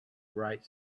bright